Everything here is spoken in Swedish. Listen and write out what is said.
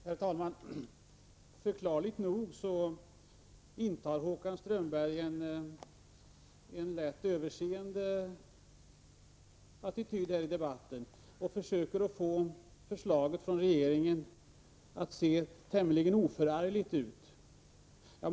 Herr talman! Förklarligt nog intar Håkan Strömberg här i debatten en lätt överseende attityd och försöker få förslaget från regeringen att se tämligen oförargligt ut.